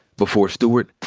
before stewart,